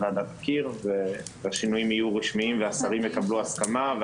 הוועדה תכיר והשינויים יהיו רשמיים והשרים יקבלו הסכמה.